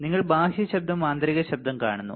നിങ്ങൾ ബാഹ്യ ശബ്ദം ആന്തരിക ശബ്ദം കാണുന്നു